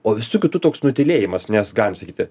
o visų kitų toks nutylėjimas nes galim sakyti